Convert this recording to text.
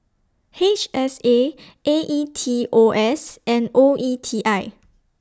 H S A A E T O S and O E T I